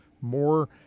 more